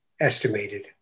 estimated